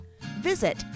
Visit